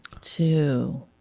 two